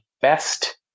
best